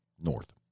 north